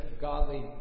godly